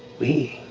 we